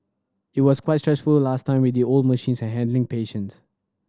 it was quite stressful last time with the old machines and handling patients